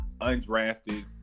undrafted